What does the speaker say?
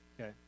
okay